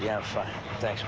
yeah thanks